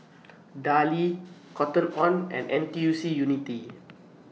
Darlie Cotton on and N T U C Unity